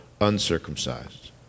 uncircumcised